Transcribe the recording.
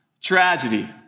tragedy